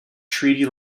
treaty